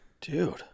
Dude